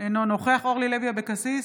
אינו נוכח אורלי לוי אבקסיס,